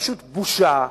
פשוט בושה.